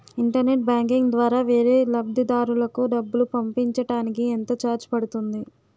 Internet banking ద్వారా వేరే లబ్ధిదారులకు డబ్బులు పంపించటానికి ఎంత ఛార్జ్ పడుతుంది?